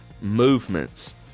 movements